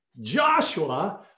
Joshua